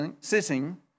sitting